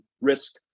risk